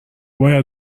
باید